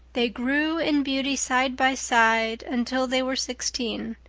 they grew in beauty side by side until they were sixteen.